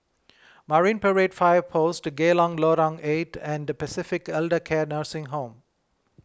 Marine Parade Fire Post Geylang Lorong eight and Pacific Elder Care Nursing Home